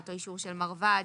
אותו אישור של מרב"ד,